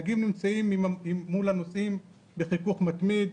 הנהגים נמצאים מול הנוסעים בחיכוך מתמיד,